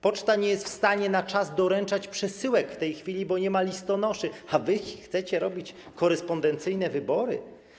Poczta nie jest w stanie na czas doręczać przesyłek w tej chwili, bo nie ma listonoszy, a wy chcecie robić korespondencyjne wybory?